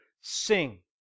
sing